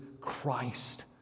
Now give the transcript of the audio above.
Christ